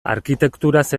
arkitekturaz